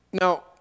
Now